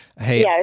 Hey